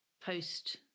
post